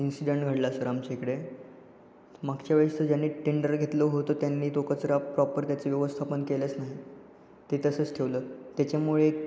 incident घडला sir आमच्या इकडे मागच्या वेळेस ज्यांनी टेंडर घेतलं होतं त्यांनी तो कचरा प्रॉपर त्याचं व्यवस्थापन केलंच नाही ते तसंच ठेवलं त्याच्यामुळे